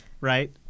right